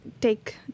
take